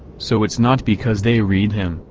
so it's not because they read him,